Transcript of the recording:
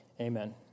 amen